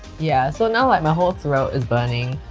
yeah so now like my whole throat is burning,